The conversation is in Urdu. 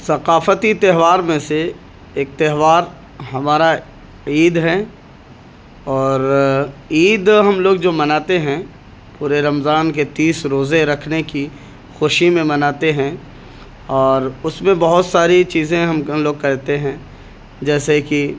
ثقافتی تہوار میں سے ایک تہوار ہمارا عید ہے اور عید ہم لوگ جو مناتے ہیں پورے رمضان کے تیس روزے رکھنے کی خوشی میں مناتے ہیں اور اس میں بہت ساری چیزیں ہم لوگ کرتے ہیں جیسے کہ